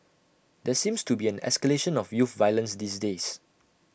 there seems to be an escalation of youth violence these days